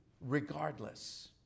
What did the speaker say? regardless